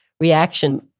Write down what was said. reaction